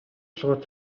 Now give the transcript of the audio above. толгой